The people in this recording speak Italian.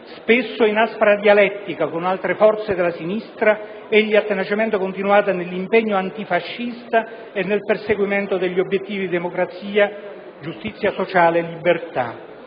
Spesso in aspra dialettica con altre forze della sinistra, egli ha tenacemente continuato nell'impegno antifascista e nel perseguimento degli obiettivi di democrazia, giustizia sociale e libertà.